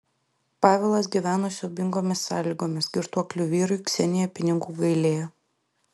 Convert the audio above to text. pavelas gyveno siaubingomis sąlygomis girtuokliui vyrui ksenija pinigų gailėjo